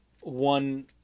One